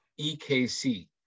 EKC